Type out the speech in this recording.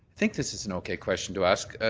think this is an okay question to ask.